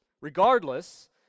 Regardless